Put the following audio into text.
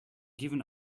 given